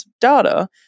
data